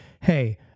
hey